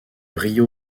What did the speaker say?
rio